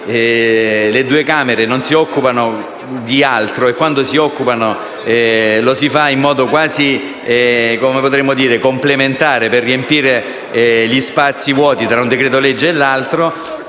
le due Camere non si occupano di altro e, quando lo fanno, lo fanno in modo quasi complementare per riempire gli spazi vuoti tra l'esame di un decreto-legge e l'altro.